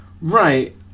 Right